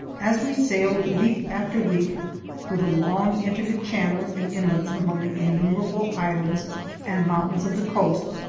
as we sailed week after week through the long intricate channels and inlets among the innumerable islands and mountains of the coast,